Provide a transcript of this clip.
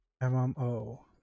MMO